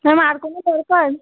ma'am আর কোনো দরকার